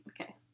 Okay